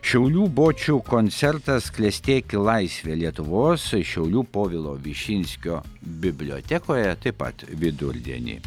šiaulių bočių koncertas klestėk laisve lietuvos šiaulių povilo višinskio bibliotekoje taip pat vidurdienį